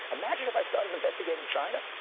imagine if i started investigating china?